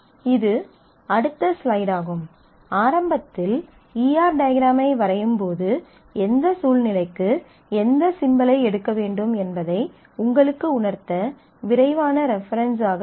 இது அடுத்த ஸ்லைடாகும் ஆரம்பத்தில் ஈ ஆர் டயக்ராமை வரையும்போது எந்த சூழ்நிலைக்கு எந்த சிம்பலை எடுக்க வேண்டும் என்பதை உங்களுக்கு உணர்த்த விரைவான ரெபெரென்ஸ் ஆக இருக்கும்